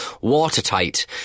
watertight